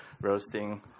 roasting